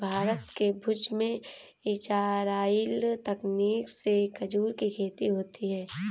भारत के भुज में इजराइली तकनीक से खजूर की खेती होती है